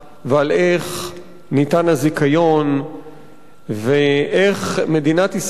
ועל איך ניתן הזיכיון ואיך מדינת ישראל,